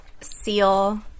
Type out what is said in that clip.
Seal